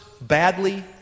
badly